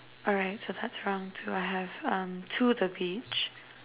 alright so that's too I have uh to the beach